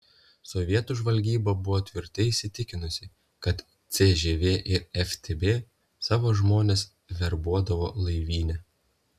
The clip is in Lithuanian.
sovietų žvalgyba buvo tvirtai įsitikinusi kad cžv ir ftb savo žmones verbuodavo laivyne